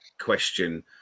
question